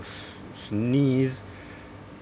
s~ sneeze